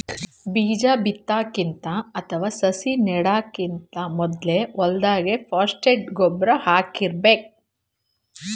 ಬೀಜಾ ಬಿತ್ತಕ್ಕಿಂತ ಅಥವಾ ಸಸಿ ನೆಡಕ್ಕಿಂತ್ ಮೊದ್ಲೇ ಹೊಲ್ದಾಗ ಫಾಸ್ಫೇಟ್ ಗೊಬ್ಬರ್ ಹಾಕಿರ್ಬೇಕ್